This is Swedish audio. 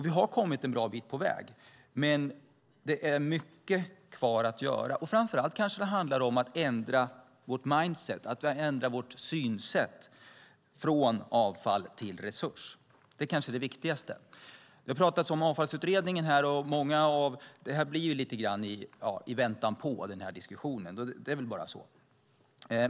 Vi har kommit en bra bit på väg, men det är mycket kvar att göra. Framför allt kanske det handlar om att ändra vårt synsätt från avfall till resurs. Det kanske är det viktigaste. Det har talats om avfallsutredningen här. Det blir lite grann av i väntan på den här diskussionen, och det är väl bara så.